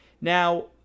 Now